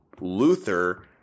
Luther